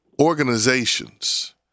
organizations